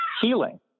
healing